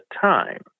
time